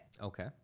Okay